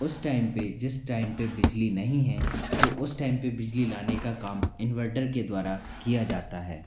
उस टाइम पे जिस टाइम पे बिजली नहीं है तो उस टाइम पे बिजली लाने का काम इन्वर्टर के द्वारा किया जाता है